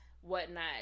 whatnot